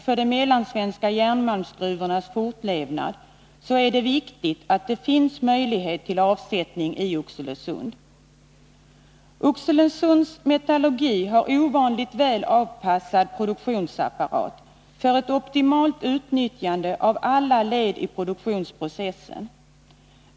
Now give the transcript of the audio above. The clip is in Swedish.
För de mellansvenska järnmalmsgruvornas fortlevnad är det också viktigt att det finns möjlighet till avsättning i Oxelösund. Oxelösunds metallurgi har en ovanligt väl avpassad produktionsapparat för ett optimalt utnyttjande av alla led i produktionsprocessen.